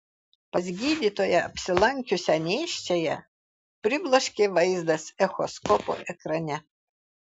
pas gydytoją apsilankiusią nėščiąją pribloškė vaizdas echoskopo ekrane